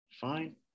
fine